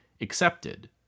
accepted